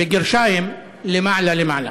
במירכאות, למעלה למעלה.